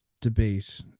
debate